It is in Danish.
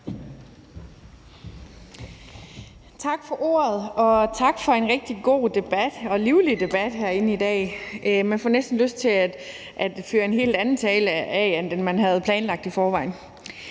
Tak for ordet. Og tak for en rigtig god og livlig debat herinde i dag. Man får næsten lyst til at fyre en helt anden tale af end den, man havde planlagt i forvejen.